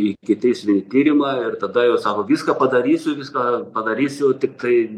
ikiteisminį tyrimą ir tada jau sako viską padarysiu viską padarysiu tiktai